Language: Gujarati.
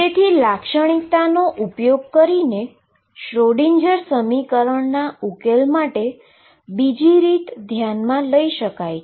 તેથી લાક્ષણિકતા નો ઉપયોગ કરીને શ્રોડિંજર સમીકરણના ઉકેલ માટે બીજી રીત ધ્યાનમાં લઈ શકાય છે